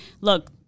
look